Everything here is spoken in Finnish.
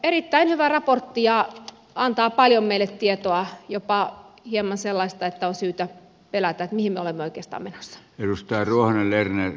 erittäin hyvä raportti ja antaa paljon meille tietoa jopa hieman sellaista että on syytä pelätä mihin me olemme oikeastaan menossa